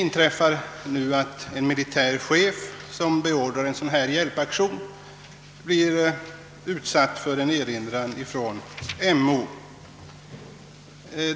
Nu har en militär chef, som beordrat en sådan hjälpaktion, blivit utsatt för en erinran från MO.